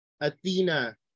Athena